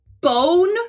Bone